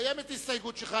קיימת הסתייגות שלך,